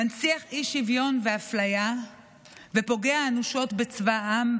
מנציח אי-שוויון ואפליה ופוגע אנושות בצבא העם,